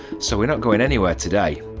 so we're not going anywhere today.